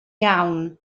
iawn